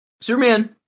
Superman